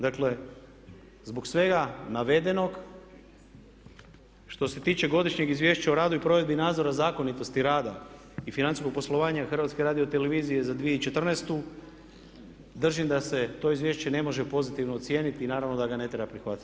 Dakle, zbog svega navedenog što se tiče Godišnjeg izvješća o radu i provedbi nadzora zakonitosti rada i financijskog poslovanja HRT-a za 2014. držim da se to izvješće ne može pozitivno ocijeniti i naravno da ga ne treba prihvatiti.